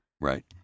Right